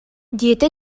диэтэ